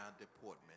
deportment